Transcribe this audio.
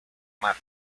mar